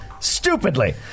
Stupidly